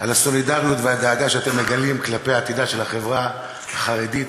על הסולידריות והדאגה שאתם מגלים כלפי עתידה של החברה החרדית.